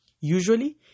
Usually